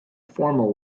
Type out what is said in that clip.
formal